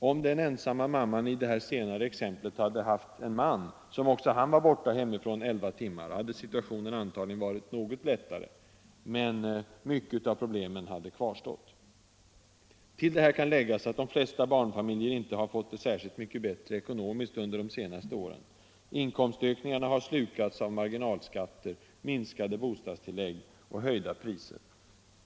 Om den ensamma mamman i det senare exemplet hade haft en man, som också han var borta hemifrån elva timmar, hade situationen antagligen varit något lättare, men mycket av problemen hade kvarstått. Till det här kan läggas att de flesta barnfamiljer inte har fått det särskilt mycket bättre ekonomiskt under de senaste åren. Inkomstökningarna har slukats av marginalskatter, minskade bostadstillägg och höjda priser.